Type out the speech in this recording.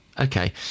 Okay